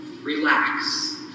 relax